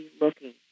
looking